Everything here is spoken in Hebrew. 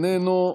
איננו,